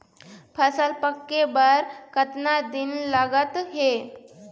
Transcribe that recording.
फसल पक्के बर कतना दिन लागत हे?